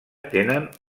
tenen